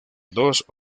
dos